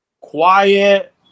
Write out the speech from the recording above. quiet